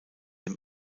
dem